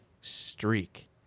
streak